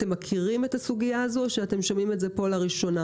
אתם מכירים את הסוגיה הזו או שאתם שומעים את זה פה לראשונה?